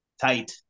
tight